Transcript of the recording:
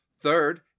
Third